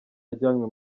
yajyanywe